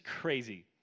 crazy